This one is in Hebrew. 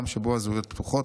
עולם שבו הזהויות פתוחות,